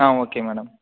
ah okay madam